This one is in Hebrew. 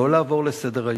לא לעבור לסדר-היום.